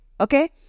Okay